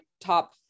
top